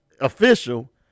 official